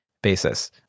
basis